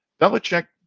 Belichick